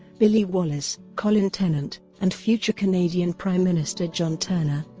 billy wallace, colin tennant, and future canadian prime minister john turner.